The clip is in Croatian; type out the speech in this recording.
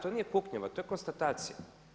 To nije kuknjava, to je konstatacija.